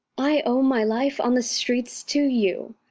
i owe my life on the streets to you.